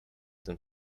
tym